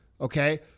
okay